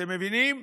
אתם מבינים?